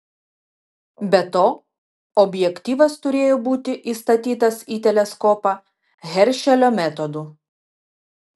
be to objektyvas turėjo būti įstatytas į teleskopą heršelio metodu